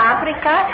Africa